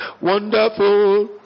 Wonderful